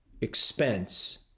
expense